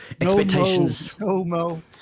expectations